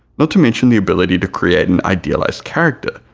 not to mention the ability to create an idealized character,